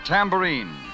Tambourine